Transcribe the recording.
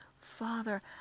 Father